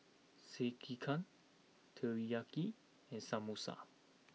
Sekihan Teriyaki and Samosa